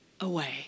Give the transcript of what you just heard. away